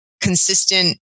consistent